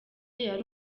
yari